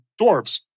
dwarves